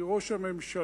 כי ראש הממשלה,